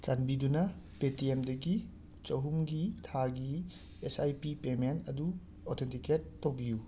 ꯆꯥꯟꯕꯤꯗꯨꯅ ꯄꯦꯇꯤꯑꯦꯝꯗꯒꯤ ꯆꯍꯨꯝꯒꯤ ꯊꯥꯒꯤ ꯑꯦꯁ ꯑꯥꯏ ꯄꯤ ꯄꯦꯃꯦꯟ ꯑꯗꯨ ꯑꯣꯊꯦꯟꯇꯤꯀꯦꯠ ꯇꯧꯕꯤꯌꯨ